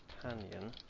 companion